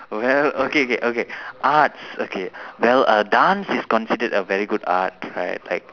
well okay K okay arts okay well err dance is considered a very good art right like